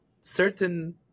certain